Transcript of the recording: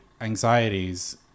anxieties